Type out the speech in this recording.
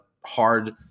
hard